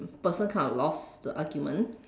person kind of lost the argument